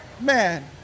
man